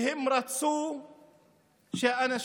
והם רצו שאנשים